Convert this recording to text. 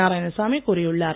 நாராயணசாமி கூறியுள்ளார்